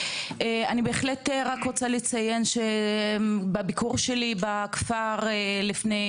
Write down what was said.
אני בהחלט רק רוצה לציין שבביקור שלי בכפר לפני